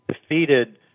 defeated